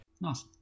Nice